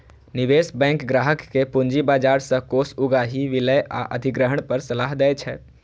निवेश बैंक ग्राहक कें पूंजी बाजार सं कोष उगाही, विलय आ अधिग्रहण पर सलाह दै छै